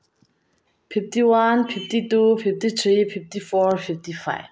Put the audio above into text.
fifty one fifty two fifty three fifty four fifty five